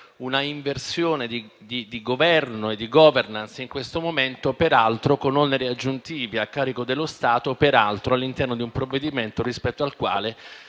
una inversione di *governance* in questo momento, peraltro con oneri aggiuntivi a carico dello Stato e all'interno di un provvedimento rispetto al quale